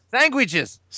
Sandwiches